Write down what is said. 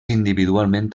individualment